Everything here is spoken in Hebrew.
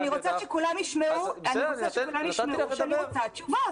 אני רוצה שכולם ישמעו שאני רוצה תשובות.